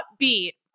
upbeat